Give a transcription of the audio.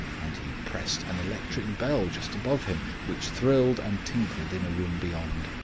and he pressed an electric bell just above him, which thrilled and tinkled in a room beyond.